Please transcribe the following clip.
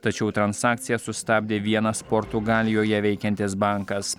tačiau transakciją sustabdė vienas portugalijoje veikiantis bankas